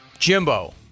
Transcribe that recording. Jimbo